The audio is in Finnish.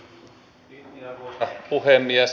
arvoisa puhemies